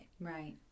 Right